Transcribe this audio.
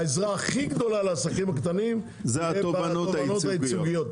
העזרה הכי גדולה לעסקים הקטנים זה בתובענות הייצוגיות,